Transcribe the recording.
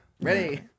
Ready